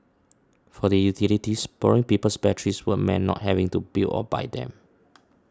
for the utilities borrowing people's batteries would meant not having to build or buy them